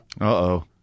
Uh-oh